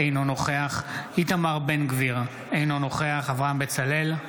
אינו נוכח איתמר בן גביר, אינו נוכח אברהם בצלאל,